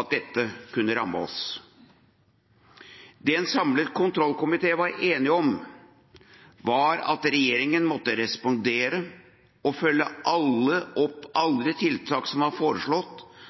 at dette kunne ramme oss. Det en samlet kontrollkomité var enige om, var at regjeringen måtte respondere og følge opp alle de tiltak som var foreslått